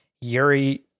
yuri